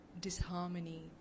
disharmony